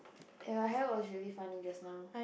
your hair was really funny just now